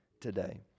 today